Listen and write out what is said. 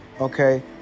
okay